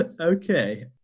okay